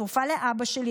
התרופה לאבא שלי,